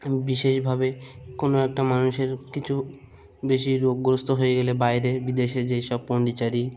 বিশেষভাবে কোনো একটা মানুষের কিছু বেশি রোগগ্রস্ত হয়ে গেলে বাইরে বিদেশে যেই সব পণ্ডিচারী